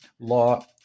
Law